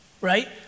right